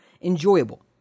enjoyable